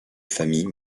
famille